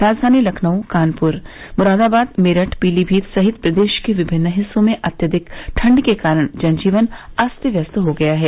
राजघानी लखनऊ कानपुर मुरादाबाद मेरठ पीलीभीत सहित प्रदेश के विभिन्न हिस्सों में अत्यधिक ठण्ड के कारण जन जीवन अस्त व्यस्त हो गया है